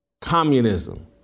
communism